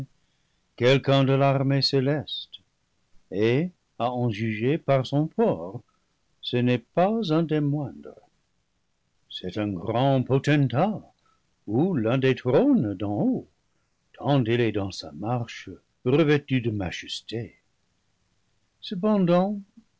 quelqu'un de l'armée céleste et à en juger par son port ce n'est pas un des moin dres c'est un grand potentat ou l'un des trônes d'en haut tant il est dans sa marche revêtu de majesté cependant